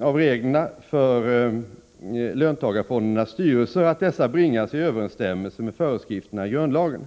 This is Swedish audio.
av reglerna för löntagarfondernas styrelser att dessa bringas i överensstämmelse med föreskrifterna i grundlagen.